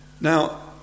Now